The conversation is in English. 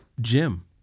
Jim